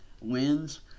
wins